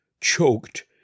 choked